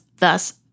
thus